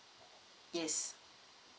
yes